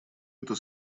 это